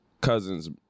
cousin's